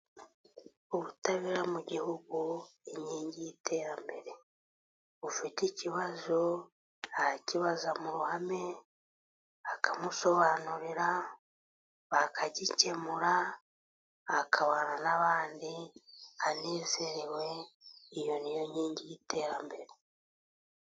Ubutabera mu gihugu ni inkingi y'iterambere. Ufite ikibazo arakibaza mu ruhame, bakamusobanurira bakagikemura. Akabana n'abandi anezerewe. Iyo ni yo nkingi y'iterambere.